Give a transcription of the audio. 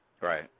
Right